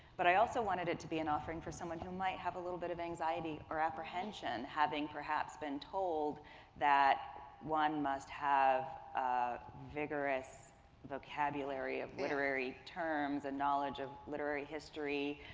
but i also wanted it to be an offering for someone who might have a little bit of anxiety or apprehension, having perhaps been told that one must have a vigorous vocabulary of literary terms and knowledge of literary history,